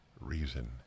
reason